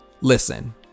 Listen